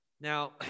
Now